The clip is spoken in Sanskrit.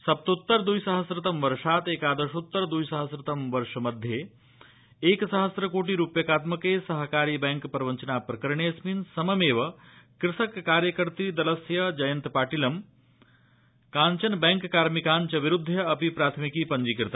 सप्तोत्त द्रिसहस्रतम वर्षात् एकादशोत्तर द्रिसहस्रतम वर्ष मध्ये एकसहस्रकोटि रुप्यकात्मके सहकारि बैंक प्रवञ्चना प्रकरणेऽस्मिन् सममेव कृषक कार्यकर्तृदलस्य जयन्तपाटिलं काञ्चनबैंक कार्मिकान विरुध्य अपि प्राथमिकी पञ्जीकृता